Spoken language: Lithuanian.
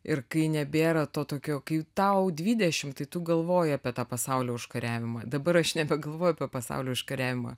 ir kai nebėra to tokio kai tau dvidešimt tai tu galvoji apie tą pasaulio užkariavimą dabar aš nebegalvoju apie pasaulio užkariavimą